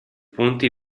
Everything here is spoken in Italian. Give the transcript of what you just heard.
punti